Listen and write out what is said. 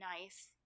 nice